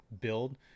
build